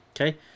Okay